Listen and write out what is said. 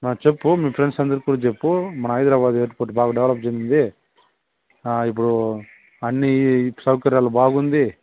అ చెప్పు మీ ఫ్రెండ్స అందరితో చెప్పు మా హైదరాబాదు ఎయిర్పోర్టు బాగా డెవలప్ చెందింది ఆ ఇప్పుడు అన్ని సౌకర్యాలు బాగుంది